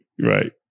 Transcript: Right